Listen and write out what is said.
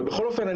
בכל אופן,